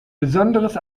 besonderes